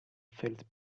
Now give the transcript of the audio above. felt